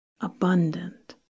abundant